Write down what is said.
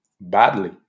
badly